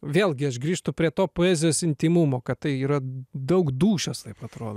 vėlgi aš grįžtu prie to poezijos intymumo kad tai yra daug dūšios taip atrodo